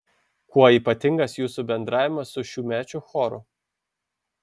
kuo ypatingas jūsų bendravimas su šiųmečiu choru